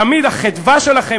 תמיד החדווה שלכם,